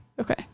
okay